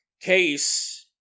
case